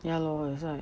ya lor that's why